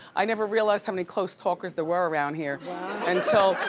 i never realized how many close talkers there were around here until,